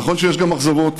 נכון שיש גם אכזבות,